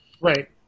Right